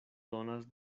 donas